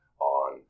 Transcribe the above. on